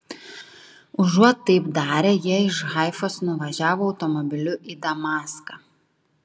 užuot taip darę jie iš haifos nuvažiavo automobiliu į damaską